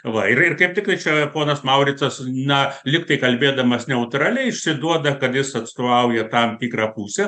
va ir ir kaip tik čia ponas mauricas na lyg tai kalbėdamas neutraliai išsiduoda kad jis atstovauja tam tikrą pusę